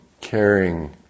caring